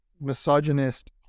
misogynist